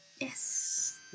Yes